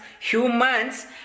humans